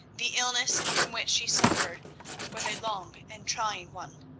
the illness from which she suffered was a long and trying one.